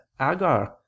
Agar